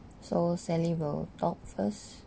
so sally will talk first